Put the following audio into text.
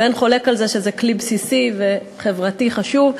ואין חולק על זה שזה כלי בסיסי וחברתי חשוב.